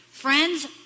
Friends